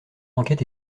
enquête